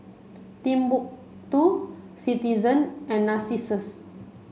Timbuk two Citizen and Narcissus